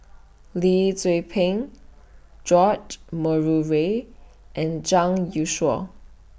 Lee Tzu Pheng George Murray Reith and Zhang Youshuo